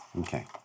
Okay